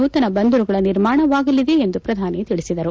ನೂತನ ಬಂದರುಗಳ ನಿರ್ಮಾಣವಾಗಲಿದೆ ಎಂದು ಪ್ರಧಾನಿ ತಿಳಿಸಿದರು